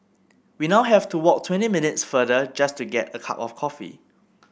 we now have to walk twenty minutes farther just to get a cup of coffee